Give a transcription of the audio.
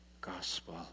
gospel